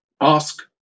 ask